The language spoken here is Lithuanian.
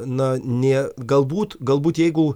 na ne galbūt galbūt jeigu